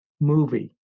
movie